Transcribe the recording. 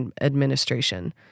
administration—